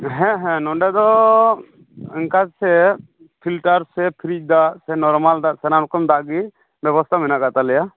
ᱦᱮᱸ ᱦᱮᱸ ᱱᱚᱰᱮ ᱫᱚ ᱮᱱᱠᱟ ᱥᱮ ᱯᱷᱤᱞᱴᱟᱨ ᱥᱮ ᱯᱷᱨᱤᱡᱽ ᱫᱟᱜ ᱥᱮ ᱱᱚᱨᱢᱟᱞ ᱫᱟᱜ ᱥᱟᱱᱟᱢ ᱨᱚᱠᱚᱢ ᱫᱟᱜ ᱜᱮ ᱵᱮᱵᱚᱛᱷᱟ ᱢᱮᱱᱟᱜ ᱟᱠᱟᱫ ᱛᱟᱞᱮᱭᱟ